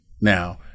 now